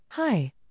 Hi